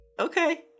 Okay